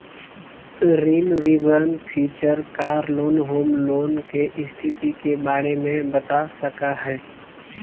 ऋण विवरण feature car loan, home loan, के स्थिति के बारे में बता सका हइ